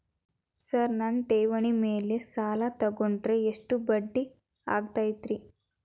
Sir ನನ್ನ ಠೇವಣಿ ಮೇಲೆ ಸಾಲ ತಗೊಂಡ್ರೆ ಎಷ್ಟು ಬಡ್ಡಿ ಆಗತೈತ್ರಿ?